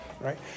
right